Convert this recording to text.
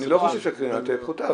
אני לא חושב שהקרינה תהיה פחותה,